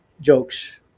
jokes